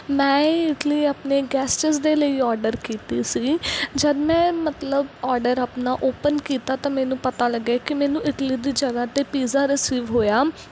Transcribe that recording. ਮੈਂ ਇਹ ਇਡਲੀ ਆਪਨੇ ਗੈਸਟਿਸ ਦੇ ਲਈ ਓਰਡਰ ਕੀਤੀ ਸੀ ਜਦੋਂ ਮੈਂ ਮਤਲਬ ਓਰਡਰ ਆਪਣਾ ਓਪਨ ਕੀਤਾ ਤਾਂ ਮੈਨੂੰ ਪਤਾ ਲੱਗਿਆ ਕਿ ਮੈਨੂੰ ਇਡਲੀ ਦੀ ਜਗ੍ਹਾ 'ਤੇ ਪੀਜ਼ਾ ਰਿਸੀਵ ਹੋਇਆ